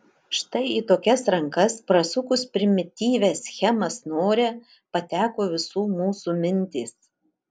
štai į tokias rankas prasukus primityvią schemą snore pateko visų mūsų mintys